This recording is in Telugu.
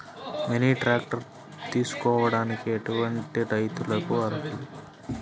మినీ ట్రాక్టర్ తీసుకోవడానికి ఎటువంటి రైతులకి అర్హులు?